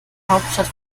hauptstadt